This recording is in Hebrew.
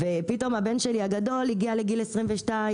פתאום הבן הגדול שלי הגיע לגיל 22,